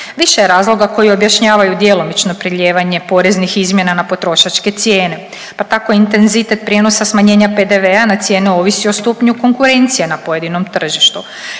Više je razloga koji objašnjavanju djelomično preljevanje poreznih izmjena na potrošačke cijene, pa tako intenzitet prijenosa smanjenja PDV-a na cijene ovisi o stupnju konkurencije na pojedinom tržištu.